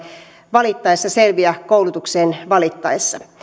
valittaessa selviä koulutukseen valittaessa